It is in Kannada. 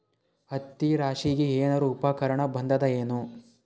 ಹತ್ತಿ ರಾಶಿಗಿ ಏನಾರು ಉಪಕರಣ ಬಂದದ ಏನು?